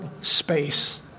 space